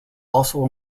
also